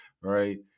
right